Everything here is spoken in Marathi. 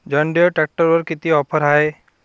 जॉनडीयर ट्रॅक्टरवर कितीची ऑफर हाये?